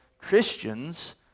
Christians